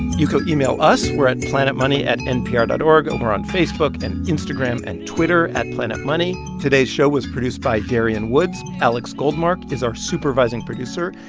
you can email us. we're at planetmoney at npr dot o r g. over on facebook and instagram and twitter, at planetmoney today's show was produced by darian woods. alex goldmark is our supervising producer,